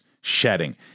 shedding